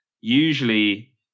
Usually